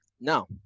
Now